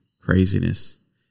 craziness